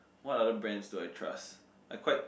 what other brands do I trust I quite